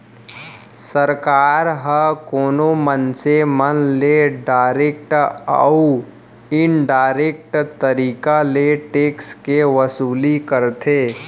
सरकार ह कोनो मनसे मन ले डारेक्ट अउ इनडारेक्ट तरीका ले टेक्स के वसूली करथे